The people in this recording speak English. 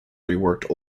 reworked